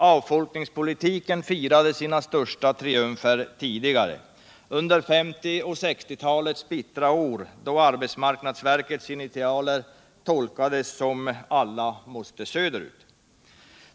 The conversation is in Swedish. Avfolkningspolitiken firade sina stora triumfer tidigare, under 1950 och 1960-talens bittra år då arbetsmarknadsverkets initialer tolkades som ”Alla måste söderut”.